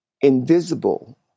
invisible